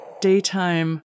daytime